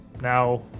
now